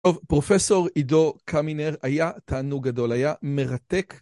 טוב, פרופסור עידו קמינר היה, תענוג גדול, היה מרתק.